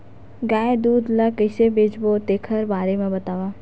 गाय दूध ल कइसे बेचबो तेखर बारे में बताओ?